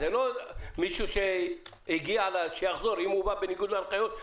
זה לא מישהו שהגיע, אז שיחזור.